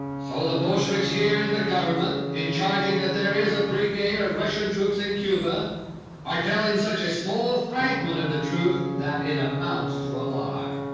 so the bolsheviks here in the government in charging that there is a brigade of russian troops in cuba are telling such a small fragment of the truth that it amounts to a lie.